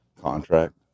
contract